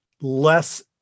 less